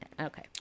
okay